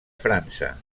frança